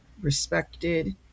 respected